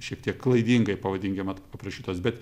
šiek tiek klaidingai pavadinkim aprašytos bet